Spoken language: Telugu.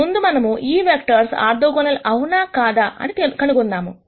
ముందు మనము ఈ వెక్టర్స్ ఆర్థోగోనల్ అవునా కాదా అని కనుగొందాము